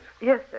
Yes